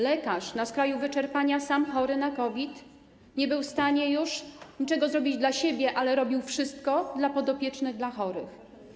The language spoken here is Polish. Lekarz na skraju wyczerpania, sam chory na COVID, nie był w stanie już niczego zrobić dla siebie, ale robił wszystko dla podopiecznych, dla chorych.